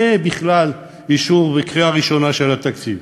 בכלל לפני אישור וקריאה ראשונה של התקציב: